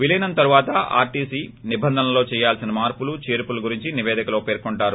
విలీనం తరువాత ఆర్టీసీ నిబంధనలో చేయాల్సిన మార్పులు చేర్పుల గురించి నిపేదికలో పర్కొంటారు